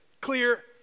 clear